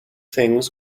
things